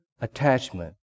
attachment